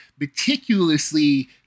meticulously